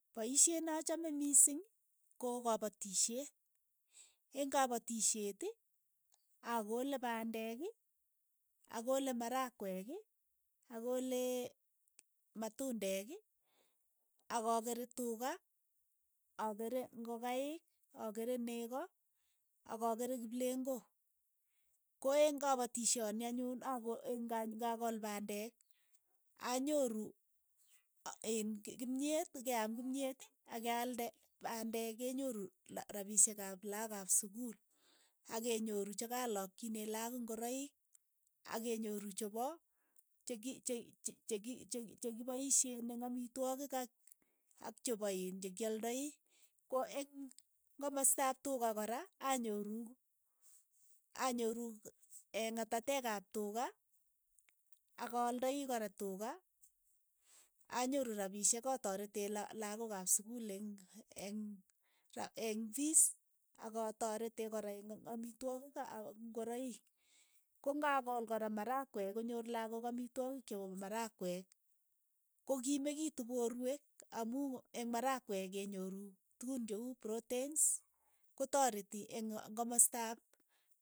Paishet na chame miising ko kapatishet, eng' kapatishet, akole pandek, akole marakweek, akolee matundeek, ak akeer tuka, akeere ingokaik, akeere neko, ak akeere kiplengok, ko eng' kopotishonii anyun akol eng' ng'akool pandeek anyoru a- in kimyet keaam kimyet ak keaalde pandek kenyoru la rapishek ap lakok ap sukul ak kenyoru cha kalakchine lakook ingoroik akenyoru chepo cheki che- che- cheki che kipoisheen eng' amitwogik ak ak chepo iin che kialdai, ko eng' komastaap tuka kora anyoru anyoru een ngatateek ap tuka ak aaldai kora tuka, anyoru rapishek ataretee la- lakook ap sukul eng'- eng'- ra eng' fiis akatoretee kora eng' a- amitwogik aak ngoroiik, ko ngakool kora marakweek konyor lakook amitwogiik che uu marakweek, ko kokimekitu poorwek amu eng' marakwek kenyoru tukun che uu protein ko toreti eng komastaap